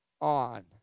on